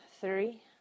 three